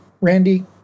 Randy